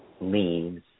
leaves